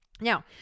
Now